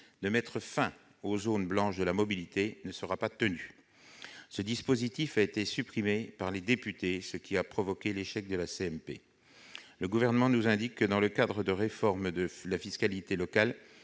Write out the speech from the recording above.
de mettre fin aux zones blanches de la mobilité ne sera pas tenu. Ce dispositif a été supprimé par les députés, ce qui a provoqué l'échec de la CMP. Le Gouvernement nous indique que, dans le cadre de la réforme de la fiscalité locale,